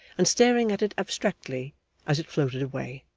and staring at it abstractedly as it floated away